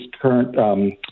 current